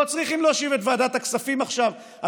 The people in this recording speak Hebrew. לא צריכים להושיב את ועדת הכספים עכשיו על